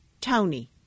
Tony